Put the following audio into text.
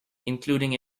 including